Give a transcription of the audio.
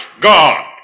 God